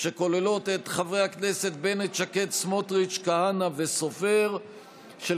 שכוללת את חברי הכנסת אביגדור ליברמן,